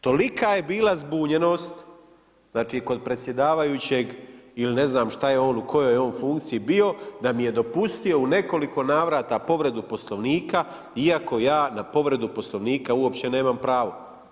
Tolika je bila zbunjenost znači kod predsjedavajućeg ili ne znam šta je on u kojoj je funkciji bio, da mi je dopustio u nekoliko navrata povredu Poslovnika iako ja na povredu Poslovnika uopće nemam pravo.